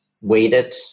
weighted